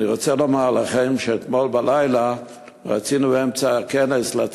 אני רוצה לומר לכם שאתמול בלילה רצינו לצאת,